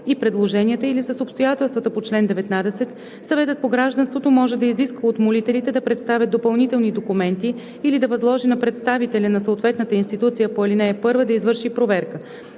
и предложенията или с обстоятелствата по чл. 19, Съветът по гражданството може да изиска от молителите да представят допълнителни документи или да възложи на представителя на съответната институция по ал. 1 да извърши проверка.